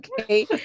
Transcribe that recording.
Okay